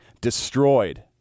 destroyed